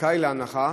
וזכאי להנחה